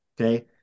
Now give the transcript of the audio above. okay